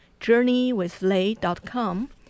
journeywithlay.com